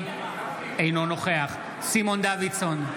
בעד סימון דוידסון,